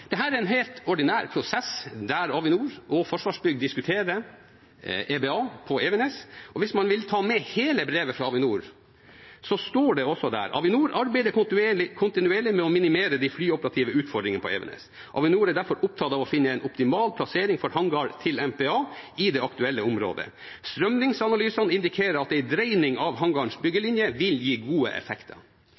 er en helt ordinær prosess der Avinor og Forsvarsbygg diskuterer EBA på Evenes, og hvis man vil ta med hele brevet fra Avinor, står det også at Avinor arbeider kontinuerlig med å minimere de flyoperative utfordringene på Evenes. Avinor er derfor opptatt av å finne en optimal plassering for hangar til MPA i det aktuelle området. Strømningsanalysene indikerer at en dreining av hangarens byggelinje vil gi gode effekter.